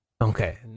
Okay